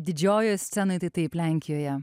didžiojoj scenoj tai taip lenkijoje